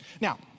Now